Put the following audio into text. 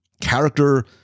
character